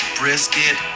brisket